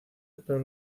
pero